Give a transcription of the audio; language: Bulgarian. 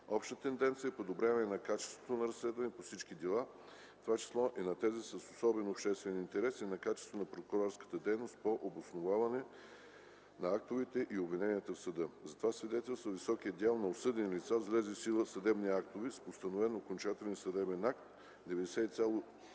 Обща тенденция е подобряване на качеството на разследване по всички дела, в това число и на тези с особен обществен интерес и на качеството на прокурорската дейност по обосноваване на актовете и обвиненията в съда. За това свидетелства високият дял на осъдените лица с влезли в сила съдебни актове с постановен окончателен съдебен акт – 97,6%